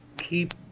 keep